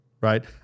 Right